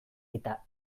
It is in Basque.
eta